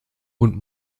und